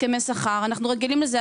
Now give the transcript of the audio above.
אנחנו רגילים לזה.